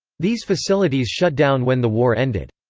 these facilities shut down when the war ended.